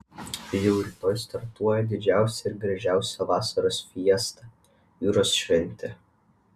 jau rytoj startuoja didžiausia ir gražiausia vasaros fiesta jūros šventė